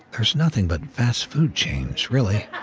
there's nothing but fast food chains, really.